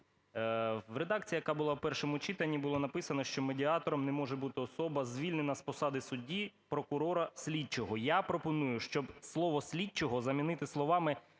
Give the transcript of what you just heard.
В редакції, яка була в першому читанні, було написано, що медіатором не може бути особа, звільнена з посади судді, прокурора, слідчого. Я пропоную, щоб слово "слідчого" замінити словами